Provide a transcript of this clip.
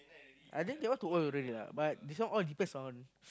I think that one too old already lah but this one all depends on